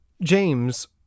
James